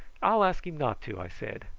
i'll ask him not to, i said.